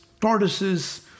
tortoises